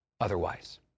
otherwise